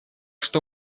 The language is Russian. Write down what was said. что